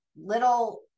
little